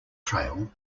trail